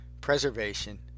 preservation